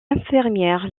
infirmière